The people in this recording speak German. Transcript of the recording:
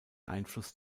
einfluss